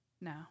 No